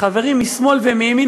חברים משמאל ומימין,